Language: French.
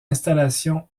installations